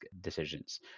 decisions